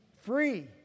free